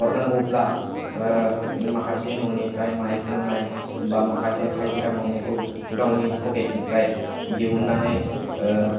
हरनांगौब्ला माखासे न'निफ्राय माइ फाननाय बा माखासे हाजिरा मावनायखौ गावनि पकेटनिफ्राय दिहुननानै